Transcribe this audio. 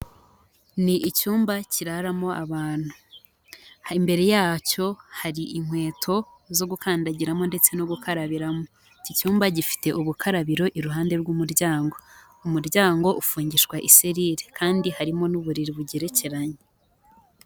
Ni icyumba kiraramo abantu. Imbere yacyo hari inkweto zo gukandagiramo, ndetse no gukarabiramo. Iki cyumba gifite ubukarabiro iruhande rw'umuryango , umuryango ufungishwa iserire, kandi harimo n'uburiri bugerekeranye.